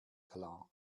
klar